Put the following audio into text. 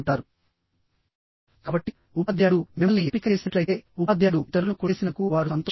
కాబట్టి ఉపాధ్యాయుడు మిమ్మల్ని ఎంపిక చేసినట్లయితే ఉపాధ్యాయుడు ఇతరులను కొట్టేసినందుకు వారు సంతోషిస్తారు